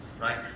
right